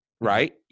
right